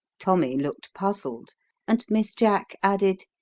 tommy looked puzzled and miss jack added,